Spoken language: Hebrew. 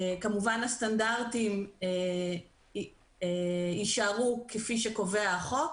כמובן הסטנדרטים יישארו כפי שקובע החוק,